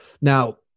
Now